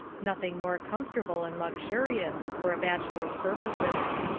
nothing more comfortable and luxurious for a bachelor's purposes.